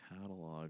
catalog